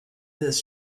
this